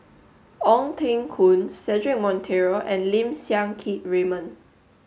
Ong Teng Koon Cedric Monteiro and Lim Siang Keat Raymond